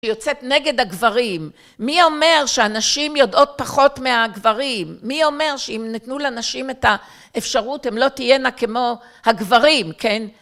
שיוצאת נגד הגברים, מי אומר שהנשים יודעות פחות מהגברים, מי אומר שאם נתנו לנשים את האפשרות הם לא תהיינה כמו הגברים, כן?